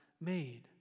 made